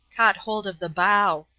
caught hold of the bow.